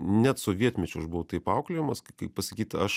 net sovietmečiu aš buvau taip auklėjamas kaip pasakyt aš